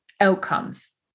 outcomes